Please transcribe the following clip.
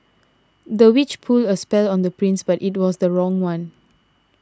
the witch put a spell on the prince but it was the wrong one